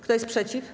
Kto jest przeciw?